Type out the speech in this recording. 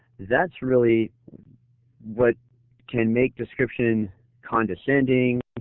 that's really what can make description condescending,